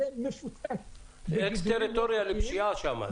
זה אקס טריטוריה לפשיעה שם.